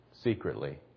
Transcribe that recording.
secretly